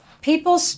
People